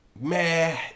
man